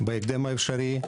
בהקדם האפשרי.